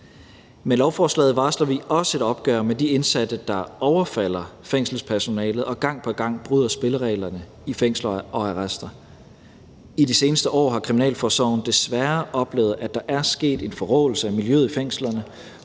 Med lovforslaget varsler vi også et opgør med de indsatte, der overfalder fængselspersonalet og gang på gang bryder spillereglerne i fængsler og arrester. I de seneste år har kriminalforsorgen desværre oplevet, at der er sket en forråelse af miljøet i fængslerne,